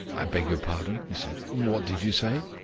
i beg your pardon, he said. what did you say?